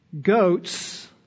Goats